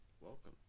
Welcome